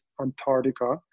Antarctica